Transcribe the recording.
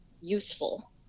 useful